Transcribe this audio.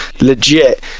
legit